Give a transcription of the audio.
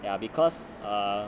ya because err